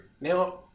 Now